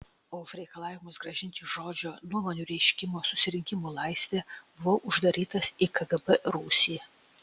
o už reikalavimus grąžinti žodžio nuomonių reiškimo susirinkimų laisvę buvau uždarytas į kgb rūsį